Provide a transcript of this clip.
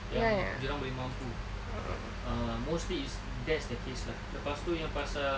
yang dia orang boleh mampu uh mostly is that's the case lah lepas tu yang pasal